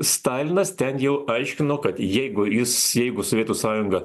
stalinas ten jau aiškino kad jeigu jis jeigu sovietų sąjunga